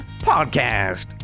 podcast